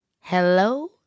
hello